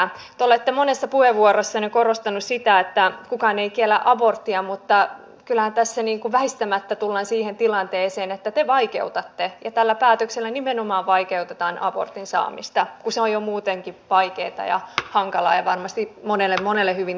te olette monessa puheenvuorossanne korostaneet sitä että kukaan ei kiellä aborttia mutta kyllähän tässä väistämättä tullaan siihen tilanteeseen että te vaikeutatte ja tällä päätöksellä nimenomaan vaikeutetaan abortin saamista kun se on jo muutenkin vaikeata ja hankalaa ja varmasti monelle monelle hyvin tukalaa